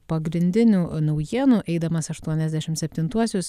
pagrindinių naujienų eidamas aštuoniasdešim septintuosius